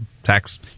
Tax